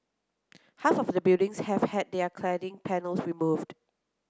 half of the buildings have had their cladding panels removed